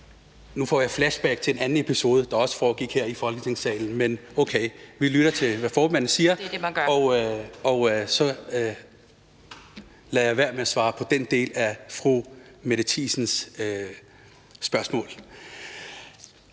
Nu får jeg flashback til en anden episode, der også foregik her i Folketingssalen. Men okay, vi lytter til, hvad formanden siger. (Anden næstformand (Pia Kjærsgaard): Det er det, man gør).